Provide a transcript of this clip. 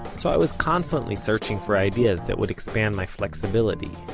so i was constantly searching for ideas that would expand my flexibility.